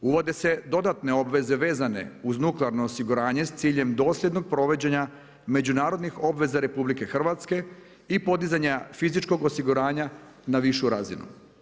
Uvode se dodatne obveze vezane uz nuklearno osiguranje s ciljem dosljednog provođenja međunarodnih obveza RH i podizanja fizičkog osiguranja na višu razinu.